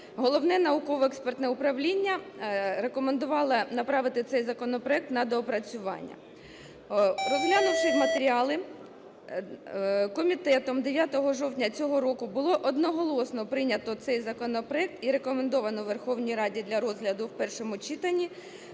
Головне науково-експертне управління рекомендувало направити цей законопроект на доопрацювання. Розглянувши матеріали, комітетом 9 жовтня цього року було одноголосно прийнято цей законопроект і рекомендовано Верховній Раді для розгляду в першому читанні